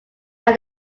are